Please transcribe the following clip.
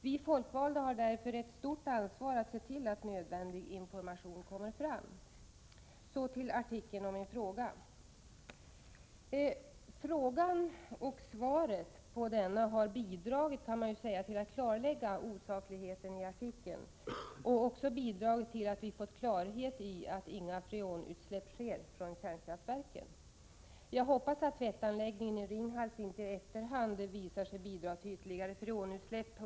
Vi folkvalda har därför ett stort ansvar när det gäller att se till att nödvändig information kommer fram. Så till artikeln och min fråga. Frågan och svaret på denna har bidragit till att klarlägga osakligheten i artikeln och också bidragit till att vi fått klarhet i att inga freonutsläpp sker från kärnkraftverken. Jag hoppas att tvättanläggningen i Ringhals inte i efterhand visar sig bidra till ytterligare freonutsläpp.